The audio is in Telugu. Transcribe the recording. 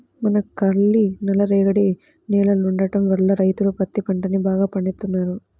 మనకల్లి నల్లరేగడి నేలలుండటం వల్ల రైతులు పత్తి పంటని బాగా పండిత్తన్నారు